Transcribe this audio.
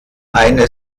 eine